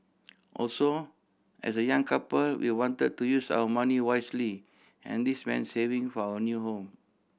also as a young couple we wanted to use our money wisely and this meant saving for our new home